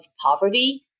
poverty